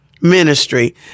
ministry